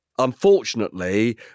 Unfortunately